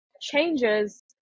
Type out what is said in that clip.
changes